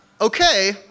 Okay